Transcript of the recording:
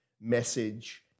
message